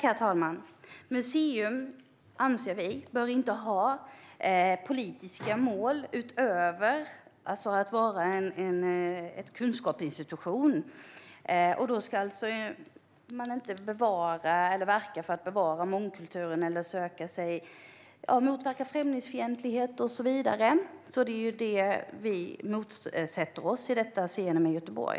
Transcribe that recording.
Herr talman! Vi anser att museer inte bör ha politiska mål utöver att vara kunskapsinstitutioner. Då ska man alltså inte verka för att bevara mångkulturen, motverka främlingsfientlighet och så vidare. Det är det vi motsätter oss med detta museum i Göteborg.